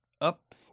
up